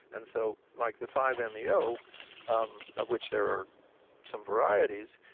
and so like the five and meo um of which there are some varieties,